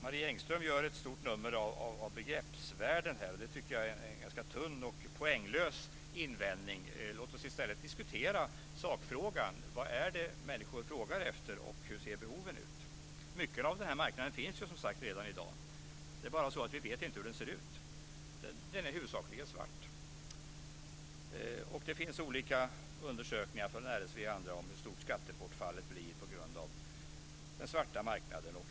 Marie Engström gör ett stort nummer av begreppsvärlden här. Det tycker jag är en ganska tunn och poänglös invändning. Låt oss i stället diskutera sakfrågan. Vad är det människor frågar efter och hur ser behoven ut? Mycket av den här marknaden finns ju som sagt redan i dag. Det är bara så att vi inte vet hur den ser ut. Den är huvudsakligen svart. Det finns olika undersökningar från RSV och andra om hur stort skattebortfallet blir på grund av den svarta marknaden.